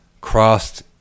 crossed